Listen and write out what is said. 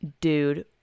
Dude